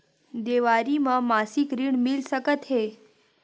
देवारी म मासिक ऋण मिल सकत हे?